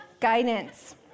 guidance